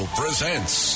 presents